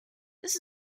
this